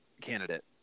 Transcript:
candidate